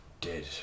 dead